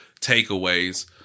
takeaways